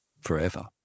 forever